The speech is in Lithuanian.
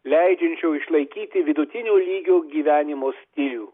leidžiančio išlaikyti vidutinio lygio gyvenimo stilių